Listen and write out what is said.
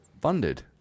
funded